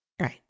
Right